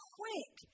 quick